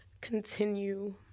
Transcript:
continue